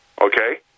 okay